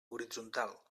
horitzontal